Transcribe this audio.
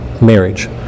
marriage